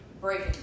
breaking